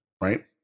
right